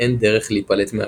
אין דרך להיפלט מהגוף,